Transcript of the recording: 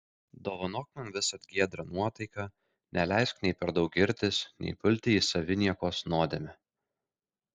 dovanok man visad giedrą nuotaiką neleisk nei per daug girtis nei pulti į saviniekos nuodėmę